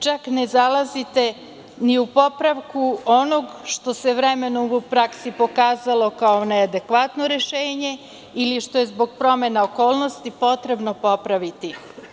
Čak ne zalazite ni u popravku onog što se vremenom u praksi pokazalo kao neadekvatno rešenje i što je zbog promena okolnosti potrebno popraviti.